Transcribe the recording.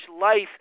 life